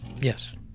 Yes